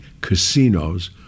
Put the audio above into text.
casinos